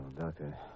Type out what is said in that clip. doctor